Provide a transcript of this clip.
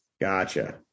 Gotcha